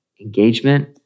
engagement